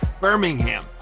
Birmingham